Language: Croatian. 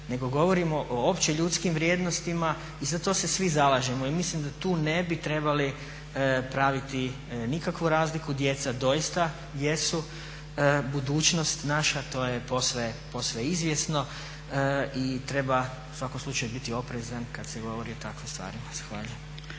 nego govorimo o opće ljudskim vrijednostima i za to se svi zalažemo. I mislim da tu ne bi trebali praviti nikakvu razliku. Djeca doista jesu budućnost naša to je posve izvjesno i treba u svakom slučaju biti oprezan kad se govori o takvim stvarima.